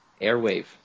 Airwave